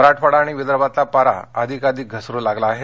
मराठवाडा आणि विदर्भातला पारा अधिकाधिक घसरु लागला आहे